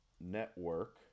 network